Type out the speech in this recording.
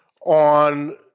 on